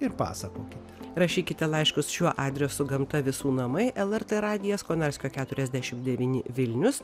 ir pasakokit rašykite laiškus šiuo adresu gamta visų namai lrt radijas konarskio keturiasdešim devyni vilnius